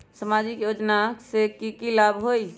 सामाजिक योजना से की की लाभ होई?